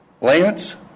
Lance